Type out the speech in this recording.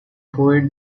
poet